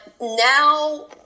now